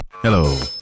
Hello